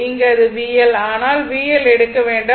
இங்கே அது VL ஆனால் VL எடுக்க வேண்டாம்